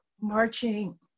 marching